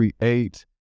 create